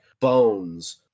bones